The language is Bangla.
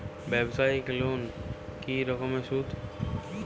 ব্যবসায়িক লোনে কি রকম সুদ?